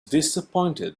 disappointed